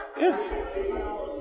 Yes